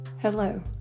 Hello